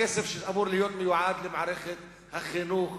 הכסף שאמור להיות מיועד למערכת החינוך.